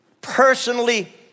personally